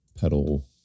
pedal